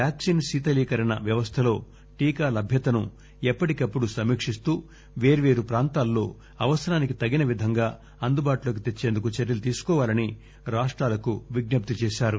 vaccine శీతలీకరణ వ్యవస్దలో టీకా లభ్యతను ఎప్పటికపపుడు సమీకిస్తూ పేర్వేరు ప్రాంతాల్లో అవసరానికి తగిన విధంగా అందుబాటులోకి తెచ్చేందుకు చర్యలు తీసుకోవాలని రాష్టాలకు విజ్ఞప్తి చేశారు